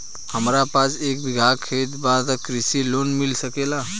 हमरा पास एक बिगहा खेत बा त कृषि लोन मिल सकेला?